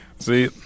See